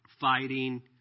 fighting